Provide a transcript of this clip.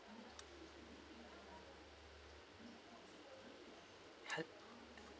hel~